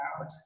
out